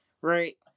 Right